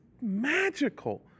magical